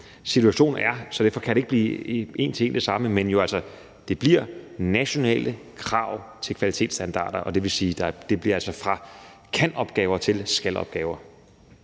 Så derfor kan det ikke blive en til en det samme. Men det bliver nationale krav til kvalitetsstandarder, og det vil sige, at det altså går fra kan-opgaver til skal-opgaver.